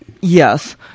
Yes